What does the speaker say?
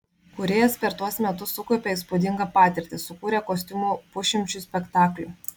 kūrėjas per tuos metus sukaupė įspūdingą patirtį sukūrė kostiumų pusšimčiui spektaklių